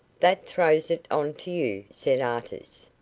that throws it on to you, said artis.